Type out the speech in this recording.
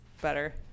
better